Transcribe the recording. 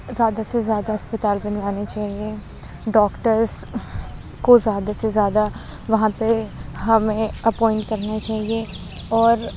زیادہ سے زیادہ اسپتال بنوانے چاہیے ڈاکٹرز کو زیادہ سے زیادہ وہاں پہ ہمیں اپوئنٹ کرنے چاہیے اور